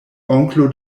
onklo